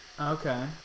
Okay